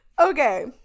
Okay